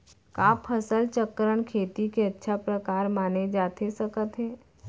का फसल चक्रण, खेती के अच्छा प्रकार माने जाथे सकत हे?